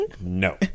No